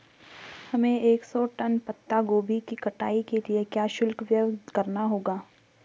हमें एक सौ टन पत्ता गोभी की कटाई के लिए क्या शुल्क व्यय करना होगा?